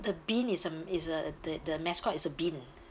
the bean is a is a the the mascot is a bean